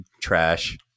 trash